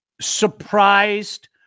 surprised